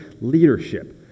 leadership